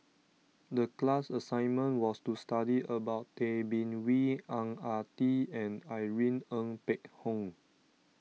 the class assignment was to study about Tay Bin Wee Ang Ah Tee and Irene Ng Phek Hoong